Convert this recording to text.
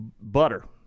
Butter